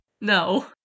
No